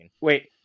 Wait